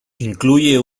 incluye